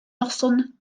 noson